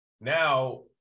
Now